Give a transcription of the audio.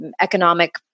economic